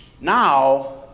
Now